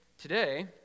today